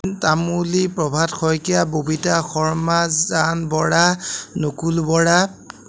Tamuli Prabhat Saikia Babita Sharma Jan Bora Nakul Bora